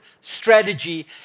strategy